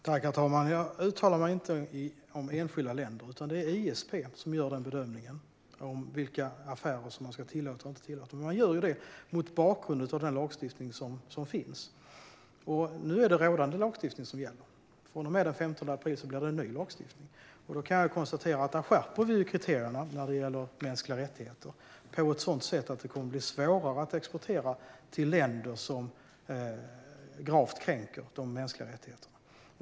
Herr talman! Jag uttalar mig inte om enskilda länder. Det är ISP som gör bedömningen av vilka affärer som ska tillåtas eller inte, och det gör man mot bakgrund av den lagstiftning som finns. Nu är det rådande lagstiftning som gäller. Men från och med den 15 april blir det en ny lagstiftning där vi skärper kriterierna när det gäller mänskliga rättigheter. Det kommer att bli svårare att exportera till länder som gravt kränker de mänskliga rättigheterna.